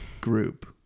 group